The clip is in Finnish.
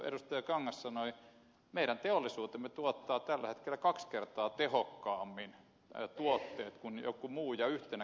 kangas sanoi on se että meidän teollisuutemme tuottaa tällä hetkellä kaksi kertaa tehokkaammin tuotteet kuin joku muu ja yhtenä kilpailuvalttina on myöskin edullinen järkevä sähkö